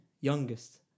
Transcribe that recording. youngest